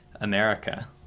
America